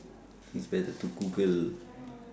it's better to google